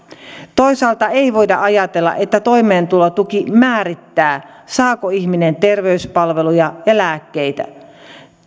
toisaalta ei voida ajatella että toimeentulotuki määrittää saako ihminen terveyspalveluja ja lääkkeitä